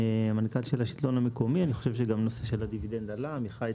גם נושא הדיבידנד עלה אני חושב.